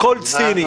הכול ציני.